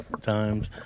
Times